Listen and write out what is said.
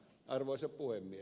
arvoisa puhemies